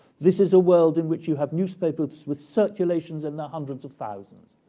this is a world in which you have newspapers with circulations in the hundreds of thousands.